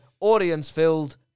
audience-filled